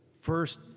first